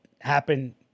happen